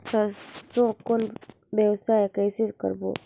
सरसो कौन व्यवसाय कइसे करबो?